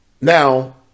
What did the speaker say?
now